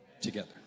together